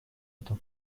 это